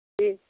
दे